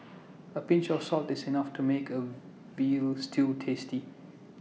A pinch of salt is enough to make A Veal Stew tasty